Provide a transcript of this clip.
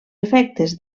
efectes